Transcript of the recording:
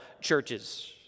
churches